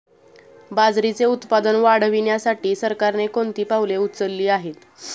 बाजरीचे उत्पादन वाढविण्यासाठी सरकारने कोणती पावले उचलली आहेत?